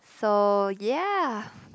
so yeah